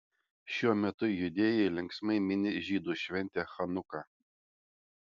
šiuo metu judėjai linksmai mini žydų šventę chanuką